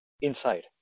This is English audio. inside